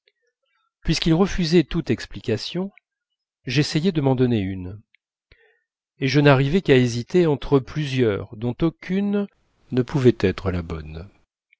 puisqu'il refusait toute explication j'essayai d'en donner une et je n'arrivai qu'à hésiter entre plusieurs dont aucune ne pouvait être la bonne